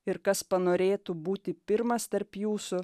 ir kas panorėtų būti pirmas tarp jūsų